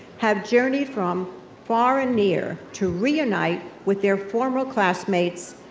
have journeyed from far and near to reunite with their former classmates,